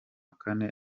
kane